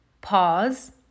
pause